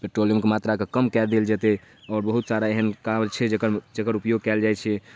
पेट्रोलियमके मात्राके कम कऽ देल जेतै आओर बहुत सारा एहन कारण छै जकर जकर उपयोग कएल जाइ छै